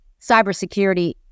cybersecurity